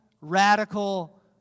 radical